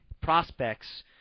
prospects